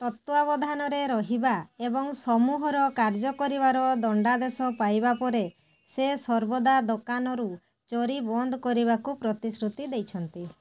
ତତ୍ତ୍ୱାବଧାନରେ ରହିବା ଏବଂ ସମୂହର କାର୍ଯ୍ୟକରିବାର ଦଣ୍ଡାଦେଶ ପାଇବା ପରେ ସେ ସର୍ବଦା ଦୋକାନରୁ ଚୋରୀ ବନ୍ଦ କରିବାକୁ ପ୍ରତିଶୃତି ଦେଇଛନ୍ତି